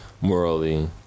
morally